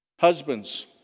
Husbands